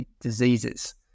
diseases